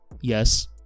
Yes